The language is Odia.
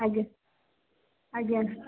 ଆଜ୍ଞା ଆଜ୍ଞା